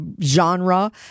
genre